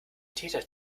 täter